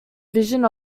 vision